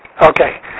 Okay